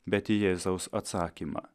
bet į jėzaus atsakymą